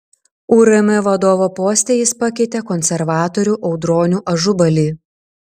urm vadovo poste jis pakeitė konservatorių audronių ažubalį